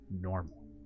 normal